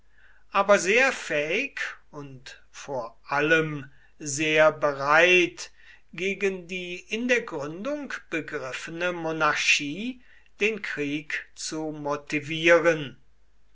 aber sehr fähig und vor allem sehr bereit gegen die in der gründung begriffene monarchie den krieg zu motivieren